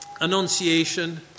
annunciation